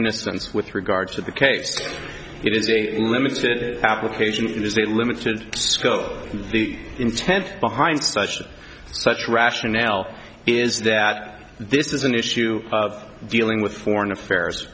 innocence with regards to the case it is a limited application is it limited scope the intent behind such such rationale is that this is an issue of dealing with foreign affairs